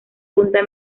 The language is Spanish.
punta